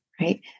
Right